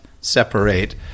separate